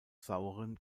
sauren